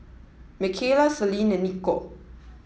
Micayla Celine and Nikko